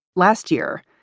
last year,